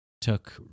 took